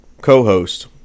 co-host